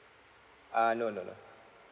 ah no no no